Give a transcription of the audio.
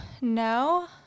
no